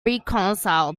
reconcile